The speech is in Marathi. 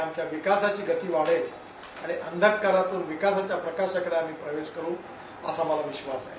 आमच्या विकासाची गती वाढेल आणि अंधःकारातून विकासाच्या प्रकाशाकडे आम्ही वाटचाल करू असा मला विश्वास वाटतो